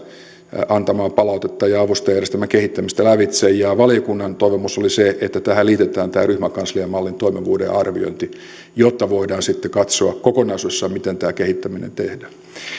antamaa palautetta ja avustajajärjestelmän kehittämistä ja valiokunnan toivomus oli se että tähän liitetään tämä ryhmäkansliamallin toimivuuden arviointi jotta voidaan sitten katsoa kokonaisuudessaan miten tämä kehittäminen tehdään